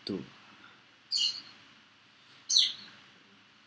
to